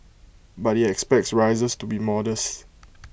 but he expects rises to be modest